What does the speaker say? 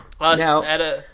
Now